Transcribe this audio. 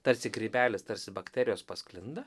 tarsi grybelis tarsi bakterijos pasklinda